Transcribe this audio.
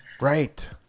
Right